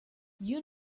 you